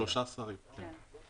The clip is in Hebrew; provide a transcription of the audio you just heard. שלושה שרים, כן.